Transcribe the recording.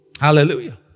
Hallelujah